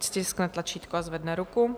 Ať stiskne tlačítko a zvedne ruku.